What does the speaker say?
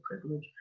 privilege